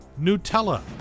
Nutella